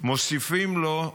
מוסיפים לו,